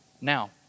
now